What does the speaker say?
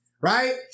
right